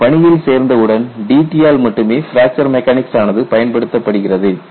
நாம் பணியில் சேர்ந்தவுடன் DT ஆல் மட்டுமே பிராக்சர் மெக்கானிக்ஸ் ஆனது பயன்படுத்தப்படுகிறது